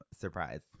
Surprise